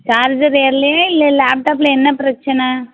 charger ஏறலையா இல்லை லேப்டாப்பில் என்ன பிரச்சின